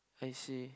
I see